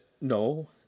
No